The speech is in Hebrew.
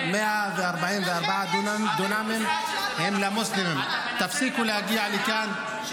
למה אתה משקר --- תפסיקו לעלות לכאן,